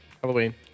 Halloween